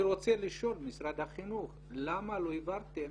אני רוצה לשאול את משרד החינוך למה לא העברתם